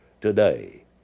today